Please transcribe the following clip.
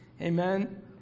Amen